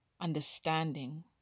understanding